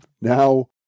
Now